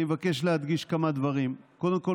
אני מבקש להדגיש כמה דברים: קודם כול,